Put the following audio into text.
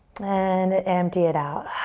and empty it out.